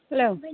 hello